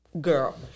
girl